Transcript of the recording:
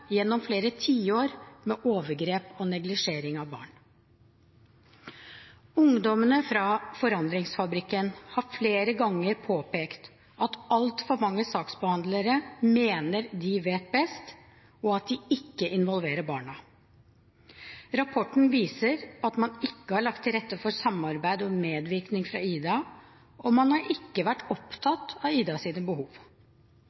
gjennom flere tiår med overgrep og neglisjering av barn. Ungdommene fra Forandringsfabrikken har flere ganger påpekt at altfor mange saksbehandlere mener at de vet best, og at de ikke involverer barna. Rapporten viser at man ikke har lagt til rette for samarbeid og medvirkning fra «Ida», og man har ikke vært